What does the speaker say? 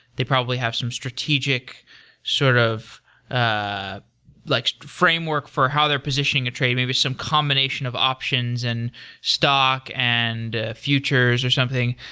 they probably have some strategic sort of ah like framework for how they're positioning a trade, maybe some combination of options, and stock, and futures, or something.